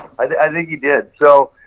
i think he did. so,